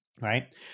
Right